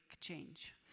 change